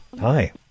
Hi